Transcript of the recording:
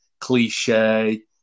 cliche